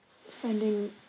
finding